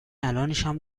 الانشم